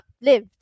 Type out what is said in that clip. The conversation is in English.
live